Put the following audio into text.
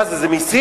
מה זה, זה מסים?